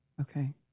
Okay